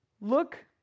look